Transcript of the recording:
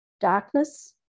Darkness